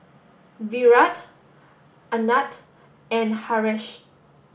Virat Anand and Haresh